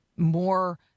more